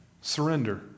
surrender